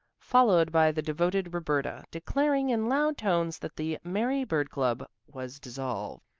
followed by the devoted roberta, declaring in loud tones that the mary-bird club was dissolved.